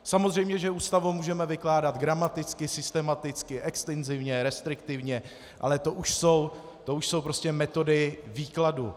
Samozřejmě že Ústavu můžeme vykládat gramaticky, systematicky, extenzivně, restriktivně, ale to už jsou metody výkladu.